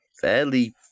fairly